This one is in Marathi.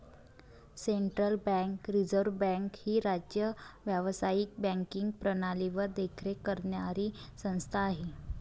सेंट्रल बँक रिझर्व्ह बँक ही राज्य व्यावसायिक बँकिंग प्रणालीवर देखरेख करणारी संस्था आहे